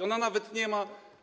Nie ma nawet